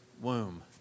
womb